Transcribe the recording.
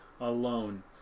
alone